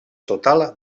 total